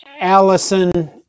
allison